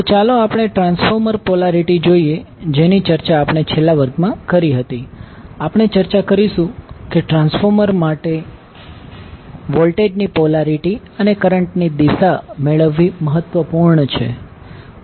તો ચાલો આપણે ટ્રાન્સફોર્મર પોલારિટી જોઈએ જેની ચર્ચા આપણે છેલ્લા વર્ગમાં કરી હતી આપણે ચર્ચા કરીશું કે ટ્રાન્સફોર્મર માટે વોલ્ટેજ ની પોલારિટી અને કરંટ ની દિશા મેળવવી મહત્વપૂર્ણ છે